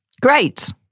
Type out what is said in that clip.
great